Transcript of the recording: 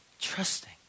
trusting